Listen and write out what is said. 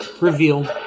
reveal